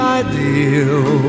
ideal